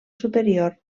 superior